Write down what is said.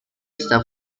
está